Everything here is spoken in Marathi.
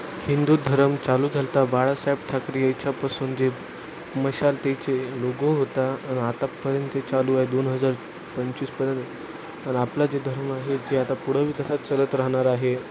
हिंदू धर्म चालू झाला होता बाळासाहेब ठाकरे याच्यापासून जे मशाल त्यांचे लोगो होता आणि आतापर्यंत ते चालू आहे दोन हजार पंचवीसपर्यंत आणि आपला जे धर्म आहे जे आता पुढंही तसाच चालत राहणार आहे